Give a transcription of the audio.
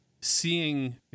seeing